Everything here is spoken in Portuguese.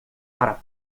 para